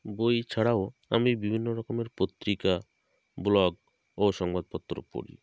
বই ছাড়াও আমি বিভিন্ন রকমের পত্রিকা ব্লগ ও সংবাদপত্র পড়ি